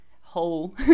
whole